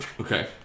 Okay